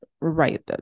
right